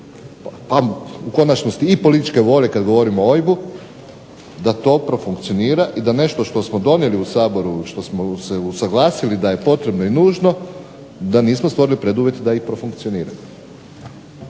a u konačnosti i političke volje kad govorimo o OIB-u da to profunkcionira i da nešto što smo donijeli u Saboru, što smo se usaglasili da je potrebno i nužno, da nismo stvorili preduvjete da i profunkcionira.